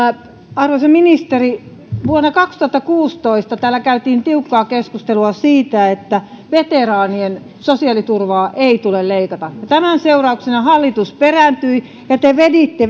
arvoisa ministeri vuonna kaksituhattakuusitoista täällä käytiin tiukkaa keskustelua siitä että veteraanien sosiaaliturvaa ei tule leikata tämän seurauksena hallitus perääntyi ja te veditte